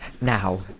Now